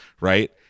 Right